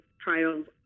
trials